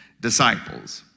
Disciples